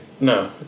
no